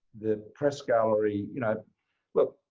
the press gallery you know look,